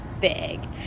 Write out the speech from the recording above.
big